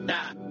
Nah